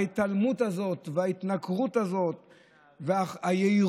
ההתעלמות הזאת וההתנכרות הזאת והיהירות,